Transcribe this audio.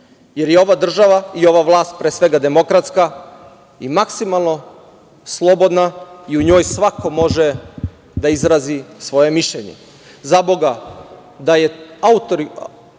jer je ova država i ova i ova vlast pre svega demokratska i maksimalno slobodna i u njoj svako možde da izrazi svoje mišljenje. Zaboga, da je toliko